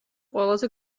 ყველაზე